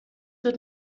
wird